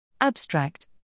Abstract